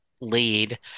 lead